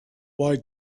why